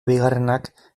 bigarrenak